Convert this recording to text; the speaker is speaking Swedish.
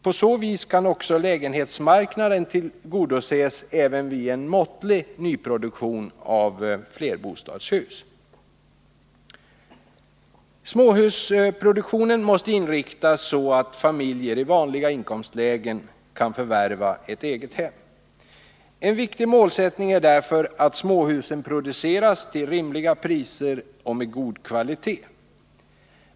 På så vis kan också lägenhetsmarknaden tillgodoses även vid en måttlig nyproduktion av flerbostadshus. Småhusproduktionen måste inriktas så att familjer i vanliga inkomstlägen kan förvärva ett eget hem. En viktig målsättning är därför att småhusen produceras till rimliga priser och med god kvalitet.